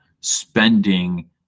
spending